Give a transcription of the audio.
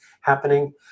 happening